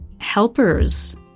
Helpers